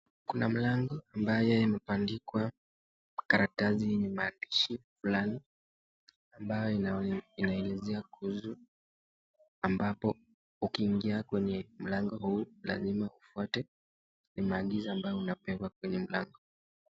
Kuna mlango ambayo imebandikwa karatasi yenye maandishi flani ambayo inaelezea kuhusu ambapo ukiingia kwenye mlango huu, lazima ufwate maagizo ambayo unapewa kwenye mlango.